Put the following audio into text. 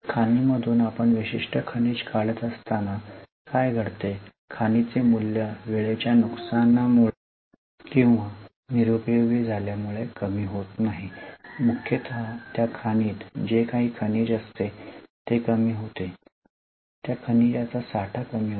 खाणीमधून आपण विशिष्ट खनिज काढत असताना काय घडते खाणीचे मूल्य वेळेच्या नुकसानामुळे किंवा निरुपयोगी झाल्यामुळे कमी होत नाही मुख्यतः त्या खाणीत जे काही खनिज असते ते कमी होते त्या खनिज्याचा साठा कमी होतो